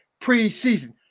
preseason